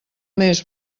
més